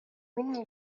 مني